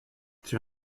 zur